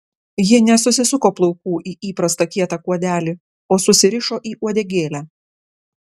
ji nesusisuko plaukų į įprastą kietą kuodelį o susirišo į uodegėlę